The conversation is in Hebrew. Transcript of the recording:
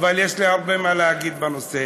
אבל יש לי הרבה מה להגיד בנושא.